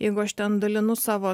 jeigu aš ten dalinu savo